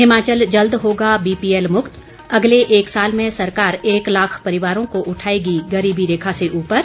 हिमाचल जल्द होगा बीपीएल मुक्त अगले एक साल में सरकार एक लाख परिवारों को उठाएगी गरीबी रेखा से उपर